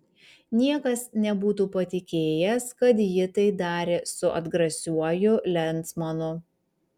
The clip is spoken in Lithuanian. niekas nebūtų patikėjęs kad ji tai darė su atgrasiuoju lensmanu